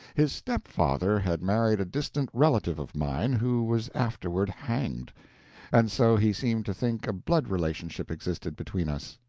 his stepfather had married a distant relative of mine who was afterward hanged and so he seemed to think a blood relationship existed between us.